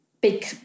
big